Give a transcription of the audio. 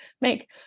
Make